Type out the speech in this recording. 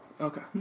Okay